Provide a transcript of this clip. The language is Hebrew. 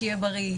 שיהיה בריא,